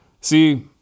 See